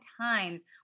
times